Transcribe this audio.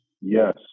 yes